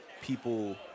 people